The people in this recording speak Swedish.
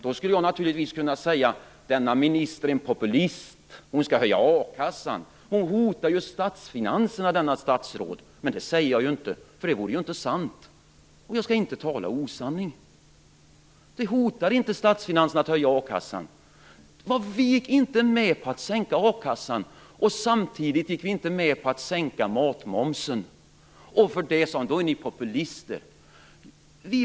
Jag skulle naturligtvis då kunna säga att denna minister är en populist, som skall höja a-kassan. Detta statsråd hotar ju statsfinanserna! Men det säger jag inte, därför att det vore inte sant och jag skall inte tala osanning. Det hotar inte statsfinanserna att höja a-kassan. Vi gick inte med på att sänka a-kassan, och samtidigt gick vi inte med på att sänka matmomsen. Då sade man att vi var populister.